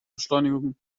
beschleunigung